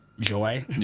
joy